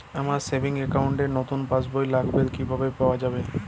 আমার savings account র নতুন পাসবই লাগবে কিভাবে পাওয়া যাবে?